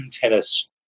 tennis